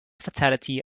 fatality